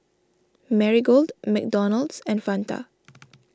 Marigold McDonald's and Fanta